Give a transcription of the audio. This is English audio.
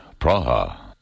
Praha